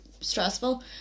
stressful